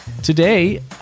Today